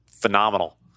phenomenal